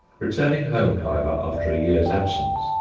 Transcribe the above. returning home, however, after a year's absence,